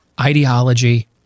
ideology